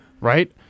Right